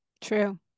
True